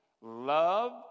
Love